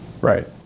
Right